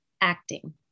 acting